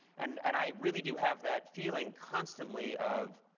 and and i really do have that feeling constantly of